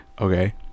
Okay